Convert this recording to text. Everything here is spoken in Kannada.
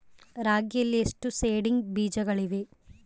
ರಾಗಿಯಲ್ಲಿ ಎಷ್ಟು ಸೇಡಿಂಗ್ ಬೇಜಗಳಿವೆ?